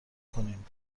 کنیم